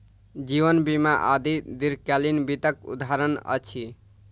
जीवन बीमा आदि दीर्घकालीन वित्तक उदहारण अछि